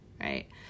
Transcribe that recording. right